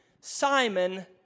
Simon